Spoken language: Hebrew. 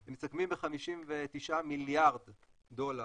הם מסתכמים ב-59 מיליארד דולר,